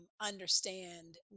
understand